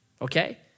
okay